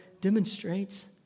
demonstrates